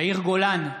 יאיר גולן,